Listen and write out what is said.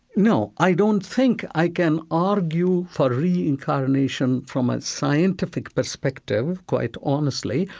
no. i don't think i can argue for reincarnation from a scientific perspective, quite honestly,